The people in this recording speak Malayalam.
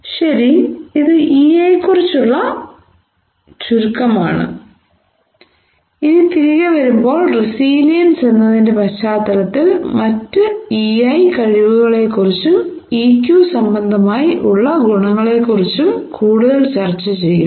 ശരി ഇത് EI യെക്കുറിച്ചുള്ള ചുരുക്കമാണ് ഇനി തിരികെ വരുമ്പോൾ റെസീലിയെൻസ് എന്നതിന്റെ പശ്ചാത്തലത്തിൽ മറ്റ് EI കഴിവുകളെക്കുറിച്ചും EQ സംബന്ധമായി ഉള്ള ഗുണങ്ങളെക്കുറിച്ചും കൂടുതൽ ചർച്ച ചെയ്യും